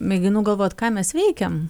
mėginu galvot ką mes veikiam